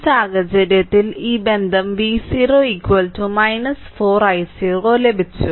ഈ സാഹചര്യത്തിൽ ഈ ബന്ധം V0 4 i0 ലഭിച്ചു